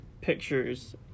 pictures